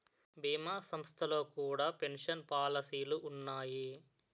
భీమా సంస్థల్లో కూడా పెన్షన్ పాలసీలు ఉన్నాయి